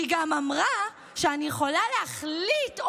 היא גם אמרה שאני יכולה להחליט,